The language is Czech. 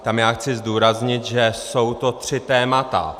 Tam chci zdůraznit, že jsou to tři témata.